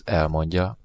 elmondja